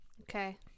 okay